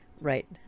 right